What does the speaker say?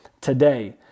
today